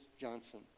Johnson